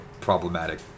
problematic